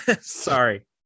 Sorry